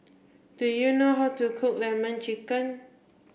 do you know how to cook lemon chicken